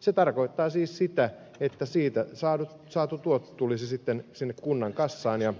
se tarkoittaa siis sitä että siitä saatu tuotto tulisi kunnan kassaan ja